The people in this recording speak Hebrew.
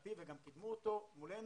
יצירתי וגם קידמו אותו מולנו.